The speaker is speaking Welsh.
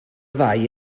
ddau